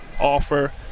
offer